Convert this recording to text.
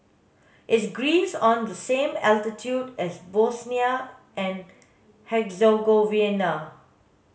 is Greece on the same altitude as Bosnia and Herzegovina